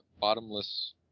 bottomless